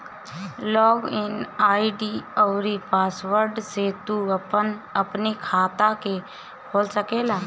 log in ID अउरी password से तू अपनी खाता के खोल सकेला